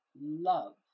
love